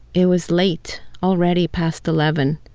it was late, already past eleven,